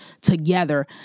together